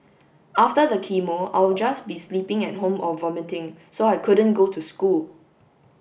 after the chemo I'll just be sleeping at home or vomiting so I couldn't go to school